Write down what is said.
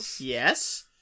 Yes